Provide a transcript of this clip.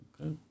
okay